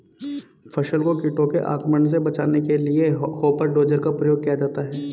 फसल को कीटों के आक्रमण से बचाने के लिए हॉपर डोजर का प्रयोग किया जाता है